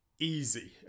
easy